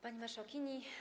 Pani Marszałkini!